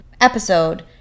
episode